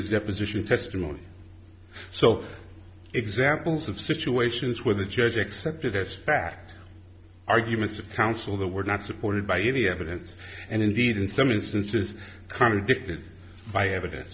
his deposition testimony so examples of situations where the judge accepted as fact arguments of counsel that were not supported by any evidence and indeed in some instances contradicted by evidence